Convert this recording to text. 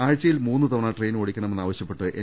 ആഴ്ച്ചയിൽ മൂന്ന് തവണ ട്രെയിൻ ഓടിക്കണമെന്നാവശ്യപ്പെട്ട് എൻ